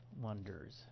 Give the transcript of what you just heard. wonders